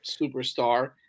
superstar